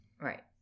Right